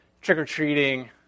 trick-or-treating